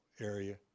area